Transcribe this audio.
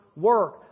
work